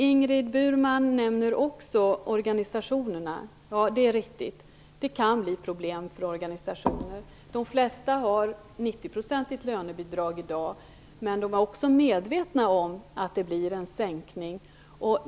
Ingrid Burman nämner också organisationerna. Det är riktigt att det kan bli problem för organisationer. De flesta har 90-procentigt lönebidrag i dag, men de är också medvetna om att det blir en sänkning.